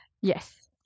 Yes